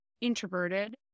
introverted